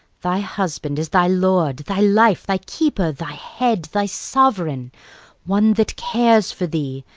thy husband is thy lord, thy life, thy keeper, thy head, thy sovereign one that cares for thee,